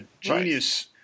genius